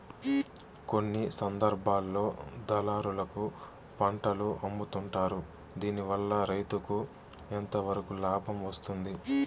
కొన్ని సందర్భాల్లో దళారులకు పంటలు అమ్ముతుంటారు దీనివల్ల రైతుకు ఎంతవరకు లాభం వస్తుంది?